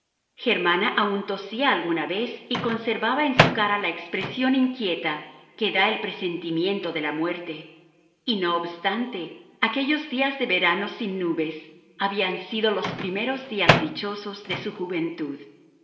germana aun tosía alguna vez y conservaba en su cara la expresión inquieta que da el presentimiento de la muerte y no obstante aquellos días de verano sin nubes habían sido los primeros días dichosos de su juventud